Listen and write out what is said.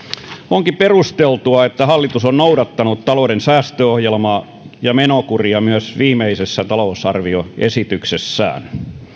onkin perusteltua että hallitus on noudattanut talouden säästöohjelmaa ja menokuria myös viimeisessä talousarvioesityksessään